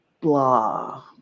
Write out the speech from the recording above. blah